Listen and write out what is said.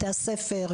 בתי הספר,